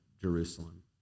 Jerusalem